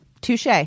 Touche